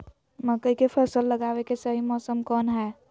मकई के फसल लगावे के सही मौसम कौन हाय?